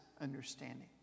understanding